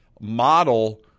model